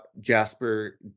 Jasper